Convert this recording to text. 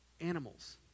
animals